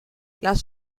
las